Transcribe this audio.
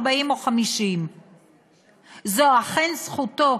40 או 50. זו אכן זכותו,